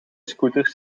scooters